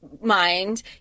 mind